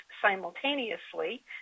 simultaneously